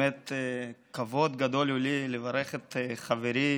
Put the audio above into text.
באמת כבוד גדול הוא לי לברך את חברי,